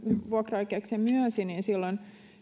vuokraoikeuksia myönsi niin silloin